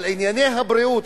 על ענייני הבריאות,